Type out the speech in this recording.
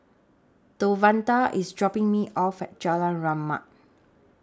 Devontae IS dropping Me off At Jalan Rahmat